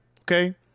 okay